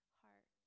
heart